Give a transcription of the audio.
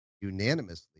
unanimously